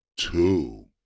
two